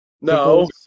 No